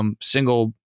single